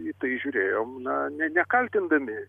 į tai žiūrėjom na ne nekaltindami